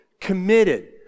committed